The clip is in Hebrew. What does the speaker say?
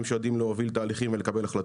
שיודעים להוביל תהליכים ולקבל החלטות.